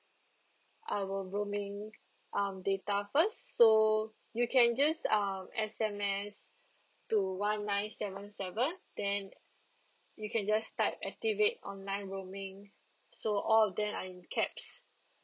our roaming um data first so you can just um S_M_S to one nine seven seven then you can just type activate online roaming so all of them are in caps